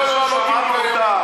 לא תהיו קיימים, הבנת?